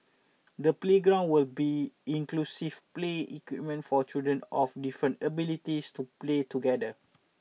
the playground will be inclusive play equipment for children of different abilities to play together